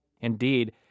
Indeed